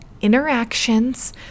interactions